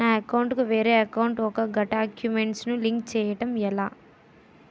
నా అకౌంట్ కు వేరే అకౌంట్ ఒక గడాక్యుమెంట్స్ ను లింక్ చేయడం ఎలా?